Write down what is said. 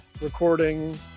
recording